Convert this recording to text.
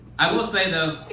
i will say though,